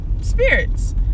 spirits